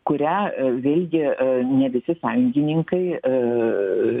kurią vėlgi ne visi sąjungininkai ir